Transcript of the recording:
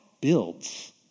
builds